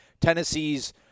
Tennessee's